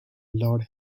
lord